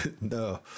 No